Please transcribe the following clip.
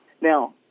Now